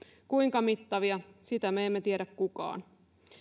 kuinka mittavia sitä me emme tiedä kukaan